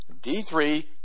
D3